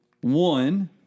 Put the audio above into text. one